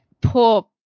poor